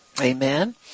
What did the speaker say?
Amen